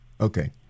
Okay